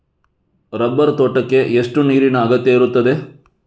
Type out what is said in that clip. Rubber ತೋಟಕ್ಕೆ ಎಷ್ಟು ನೀರಿನ ಅಗತ್ಯ ಇರುತ್ತದೆ?